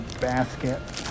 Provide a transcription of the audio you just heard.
basket